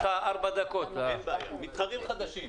מתחרים חדשים,